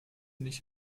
nicht